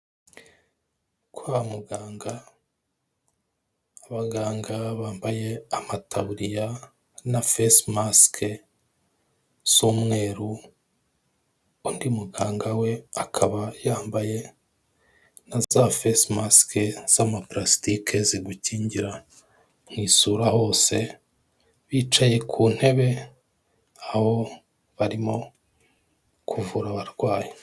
Kwa muganga, abaganga bambaye amataburiya na face mask z'umweru, undi muganga we akaba yamba za face mask zama plastic zigukingira mwisura hose, bicaye kuntebe aho barimo kuvura abarwayi.